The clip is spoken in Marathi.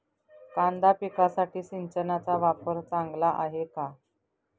कांदा पिकासाठी सिंचनाचा वापर चांगला आहे का?